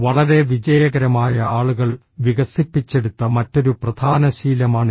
വളരെ വിജയകരമായ ആളുകൾ വികസിപ്പിച്ചെടുത്ത മറ്റൊരു പ്രധാന ശീലമാണിത്